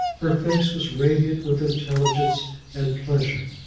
her face was radiant with intelligence and pleasure.